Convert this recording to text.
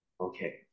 Okay